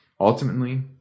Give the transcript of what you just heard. ultimately